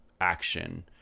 action